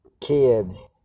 kids